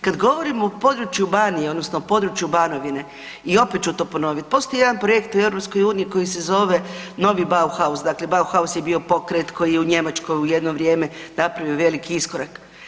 Kad govorimo o području Banije odnosno području Banovine i opet ću to ponovit, postoji jedan projekt u EU koji se zove „Novi Bauhaus“, dakle „Bauhaus“ je bio pokret koji je u Njemačkoj u jedno vrijeme napravio veliki iskorak.